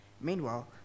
Meanwhile